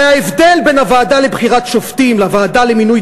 הרי ההבדל בין הוועדה לבחירת שופטים לוועדה למינוי